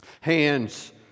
hands